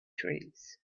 trees